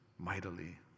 Mightily